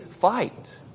fight